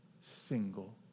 single